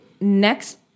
next